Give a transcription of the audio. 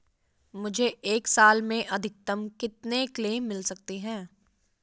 मुझे एक साल में अधिकतम कितने क्लेम मिल सकते हैं?